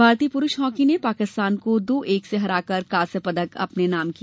भारतीय पुरूष हॉकी ने पाकिस्तान को दो एक से हराकर कांस्य पदक अपने नाम किया